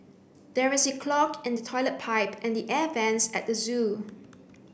there is a clog in the toilet pipe and the air vents at the zoo